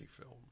film